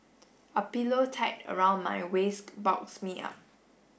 a pillow tied around my waist bulks me up